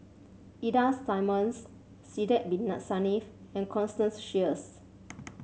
Ida Simmons Sidek Bin Saniff and Constance Sheares